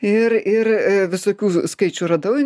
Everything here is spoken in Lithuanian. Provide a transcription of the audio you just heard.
ir ir visokių skaičių radau